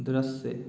दृश्य